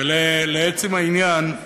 ולעצם העניין,